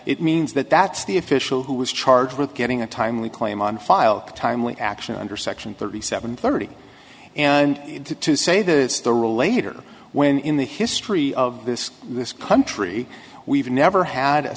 it means that that's the official who was charged with getting a timely claim on file timely action under section thirty seven thirty and to say that the rule later when in the history of this this country we've never had a